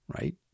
right